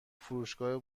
فروشگاه